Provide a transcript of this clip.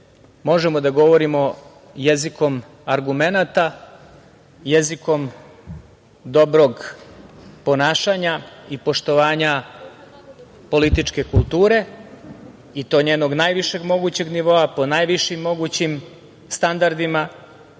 vide, govorimo jezikom argumenata, jezikom dobrog ponašanja i poštovanja političke kulture i tog njenog najvišeg mogućeg nivoa, po najvišim mogućim standardima.